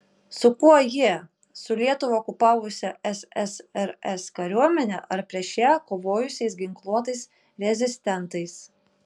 su kuo jie su lietuvą okupavusia ssrs kariuomene ar prieš ją kovojusiais ginkluotais rezistentais